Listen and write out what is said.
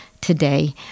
today